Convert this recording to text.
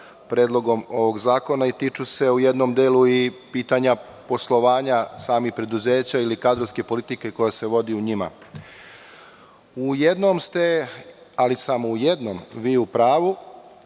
Predlogom ovog zakona i tiču se u jednom delu i pitanja poslovanja samih preduzeća ili kadrovske politike koja se vodi u njima.U jednom ste, ali samo u jednom, u pravu